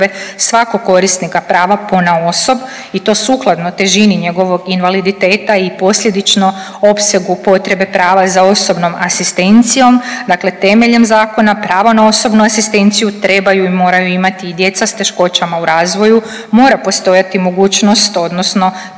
svakog korisnika prava ponaosob i to sukladno težini njegovog invaliditeta i posljedično opsegu potrebe prava za osobnom asistencijom. Dakle, temeljem zakona prava na osobnu asistenciju trebaju i moraju imati i djeca s teškoćama u razvoju, mora postojati mogućnost odnosno pravo